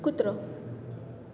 કૂતરો